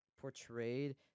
portrayed